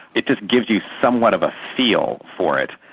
it just gives you somewhat of a feel for it.